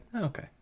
Okay